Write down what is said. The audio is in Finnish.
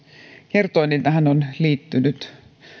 kertoi tähän on liittynyt